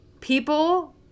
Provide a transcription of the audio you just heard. people